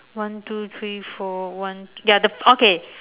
one two three four one ya the okay